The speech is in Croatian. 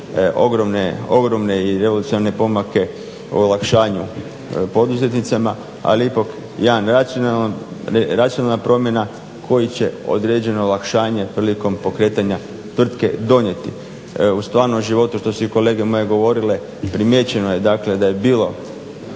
ogromne i revolucionarne pomake u olakšanju poduzetnicima, ali ipak jedna racionalna promjena koja će određeno olakšanje prilikom pokretanja tvrtke donijeti. U stvarnom životu što su i kolege moje govorile, primijećeno je dakle da je bilo